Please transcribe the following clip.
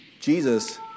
Jesus